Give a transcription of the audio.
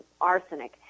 arsenic